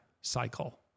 cycle